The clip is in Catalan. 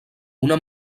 una